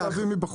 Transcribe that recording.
זה להביא מבחוץ.